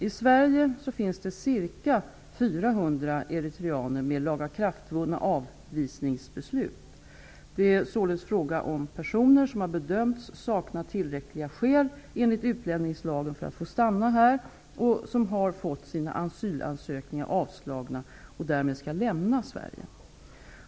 I Sverige finns det ca 400 eritreaner med lagakraftvunna avvisningsbeslut. Det är således fråga om personer som har bedömts sakna tillräckliga skäl enligt utlänningslagen för att få stanna här, och som har fått sina asylansökningar avslagna och därmed skall lämna Sverige.